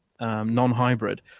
non-hybrid